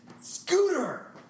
Scooter